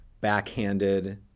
backhanded